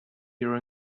your